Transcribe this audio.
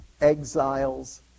exiles